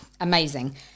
amazing